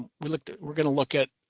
we looked at we're going to look at